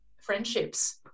friendships